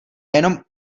jenom